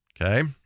Okay